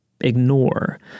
ignore